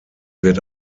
wird